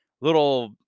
little